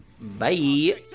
Bye